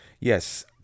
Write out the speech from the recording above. Yes